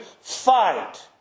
fight